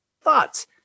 thoughts